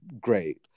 great